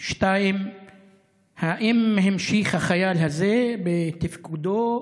2. האם המשיך החייל הזה בתפקידו